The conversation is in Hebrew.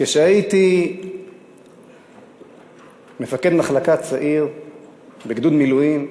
כשהייתי מפקד מחלקה צעיר בגדוד מילואים,